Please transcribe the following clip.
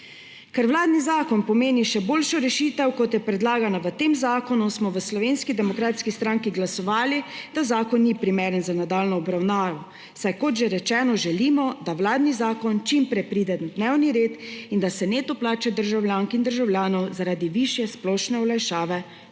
Ker vladni zakon pomeni še boljšo rešitev, kot je predlagana v tem zakonu, smo v Slovenski demokratski stranki glasovali, da zakon ni primeren za nadaljnjo obravnavo, saj kot že rečeno, želimo, da vladni zakon čim prej pride na dnevni red in da se neto plače državljank in državljanov zaradi višje splošne olajšave dvignejo.